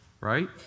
Right